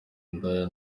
indaya